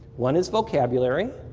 one is vocabulary,